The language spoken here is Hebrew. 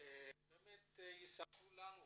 את המשפחות שתספרנה לנו